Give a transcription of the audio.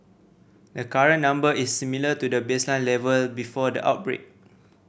the current number is similar to the baseline level before the outbreak